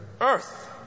Earth